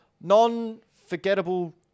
non-forgettable